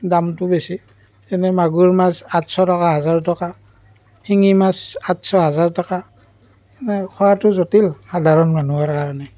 দামটো বেছি এনে মাগুৰ মাছ আঠশ টকা হাজাৰ টকা শিঙি মাছ আঠশ হাজাৰ টকা মানে খোৱাটো জটিল সাধাৰণ মানুহৰ কাৰণে